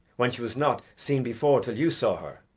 when she was not seen before till you saw her,